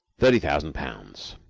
thirty thousand pounds!